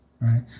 right